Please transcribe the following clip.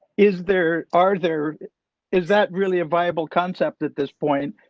is there are there is that really a viable concept at this point?